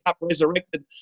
resurrected